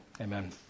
Amen